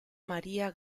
maría